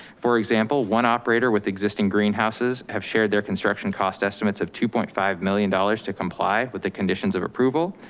for example, one operator with existing greenhouses have shared their construction cost estimates of two point five million dollars to comply with the conditions of approval.